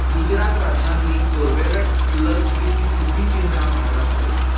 गुजरात राज्यांतलीं कोर्बेवॅक्स लस दिवपी सगळीं केंद्रां म्हाका दाखय